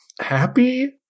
Happy